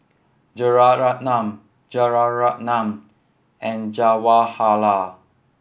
Rajaratnam Rajaratnam and Jawaharlal